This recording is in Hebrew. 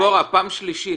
דבורה, פעם שלישית.